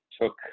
took